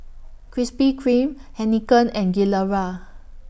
Krispy Kreme Heinekein and Gilera